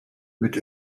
mit